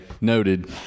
noted